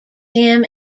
him